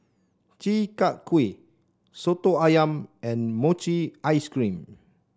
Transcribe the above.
Chi Kak Kuih soto ayam and Mochi Ice Cream